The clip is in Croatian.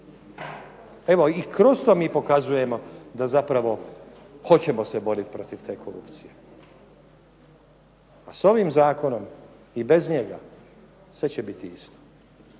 Evo i kroz to mi pokazujemo da zapravo hoćemo se boriti protiv te korupcije. A s ovim zakonom i bez njega sve će biti isto.